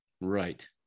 right